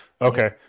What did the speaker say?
okay